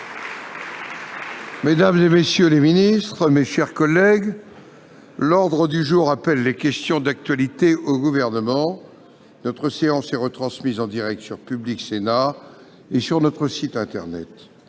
mesdames, messieurs les ministres, mes chers collègues, l'ordre du jour appelle les réponses à des questions d'actualité au Gouvernement. Je vous rappelle que la séance est retransmise en direct sur Public Sénat et sur notre site internet.